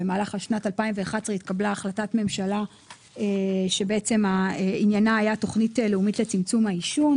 במהלך 2011 התקבלה החלטת ממשלה שדיברה על תכנית לאומית לצמצום העישון.